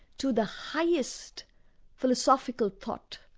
to the highest philosophical thought,